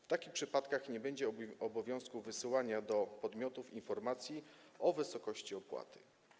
W takich przypadkach nie będzie obowiązku wysyłania do podmiotów informacji o wysokości opłaty.